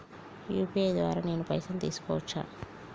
UPI ద్వారా నేను పైసలు తీసుకోవచ్చా?